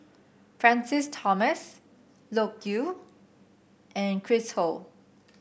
Francis Thomas Loke Yew and Chris Ho